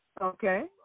okay